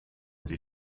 sie